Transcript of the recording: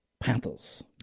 Panthers